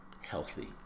healthy